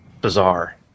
bizarre